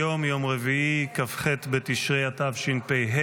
היום יום רביעי כ"ח בתשרי התשפ"ה,